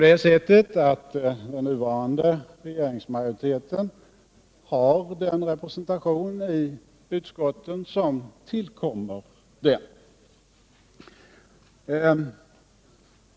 Den nuvarande regeringsmajoriteten har den representation i utskotten som tillkommer den.